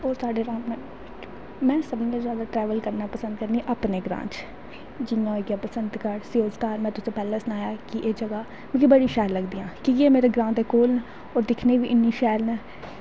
होर साढ़े रामनगर में सब्भनें शा जादा ट्रैवल करनां पसंद करनी अपनें ग्रां च जियां होईया बसतगढ़ स्योज धार में तुसेंगी पैह्लैं सनाया हा कि मिगी एह् जगां बड़ी शैल लगदियां कि के मेरे ग्रांऽ दे कोल न और दिक्खनें गी बी इन्नियां शैल न